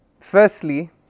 Firstly